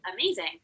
amazing